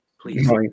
Please